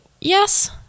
yes